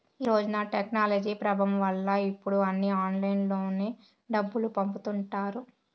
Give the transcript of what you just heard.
ఈ రోజున టెక్నాలజీ ప్రభావం వల్ల ఇప్పుడు అన్నీ ఆన్లైన్లోనే డబ్బులు పంపుతుంటారు